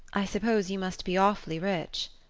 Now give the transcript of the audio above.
i suppose you must be awfully rich.